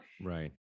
right